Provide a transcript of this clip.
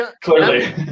clearly